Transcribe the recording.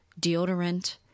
deodorant